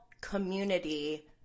community